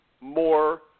more